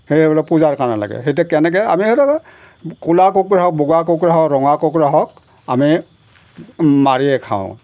সেই পূজাৰ কাৰণে লাগে সেইটো কেনেকৈ আমি সেইটো ক'লা কুকুৰা হওক বগা কুকুৰা হওক ৰঙা কুকুৰা হওক আমি মাৰিয়ে খাওঁ